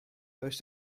does